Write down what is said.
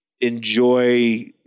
enjoy –